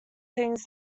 things